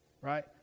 right